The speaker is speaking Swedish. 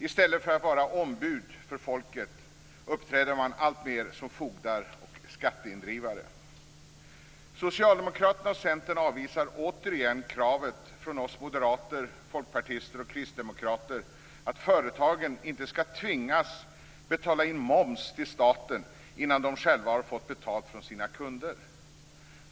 I stället för att vara ombud för folket uppträder man alltmer som fogdar och skatteindrivare. Socialdemokraterna och Centern avvisar återigen kravet från oss moderater, folkpartister och kristdemokrater att företagen inte skall tvingas betala in moms till staten innan de själva har fått betalt från sina kunder.